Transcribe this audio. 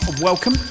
welcome